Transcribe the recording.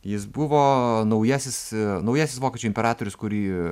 jis buvo naujasis naujasis vokiečių imperatorius kurį